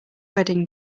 wedding